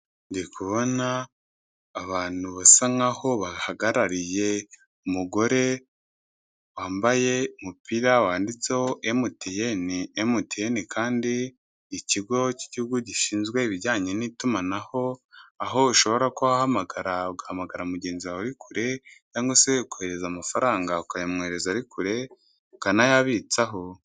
Ndikubona abantu basa nkaho bahagarariye umugore wambaye umupira wanditseho Emutiyeni, Emutiyeni kandi ikigo cy'igihugu gishinzwe ibijyanye n'itumanaho aho ushobora kuba wahamagara ugahamagara mugenzi wawe uri kure cyangwa se ukohereza amafaranga ukayamwohereza ari kure ukanayabitsaho.